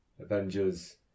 Avengers